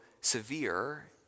severe